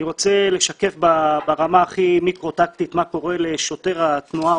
אני רוצה לשקף ברמה הכי מיקרו טקטית מה קורה לשוטר התנועה,